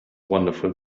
wonderful